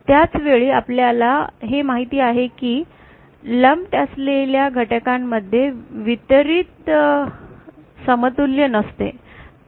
त्याच वेळी आपल्याला हे माहित आहे की लम्प असलेल्या घटकांमध्ये वितरित समतुल्य नसते